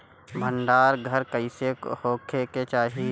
भंडार घर कईसे होखे के चाही?